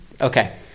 Okay